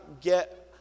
get